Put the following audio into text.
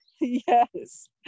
Yes